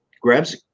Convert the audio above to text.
grabs